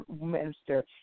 minister